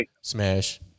smash